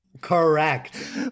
Correct